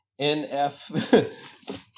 NF